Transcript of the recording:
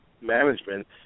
management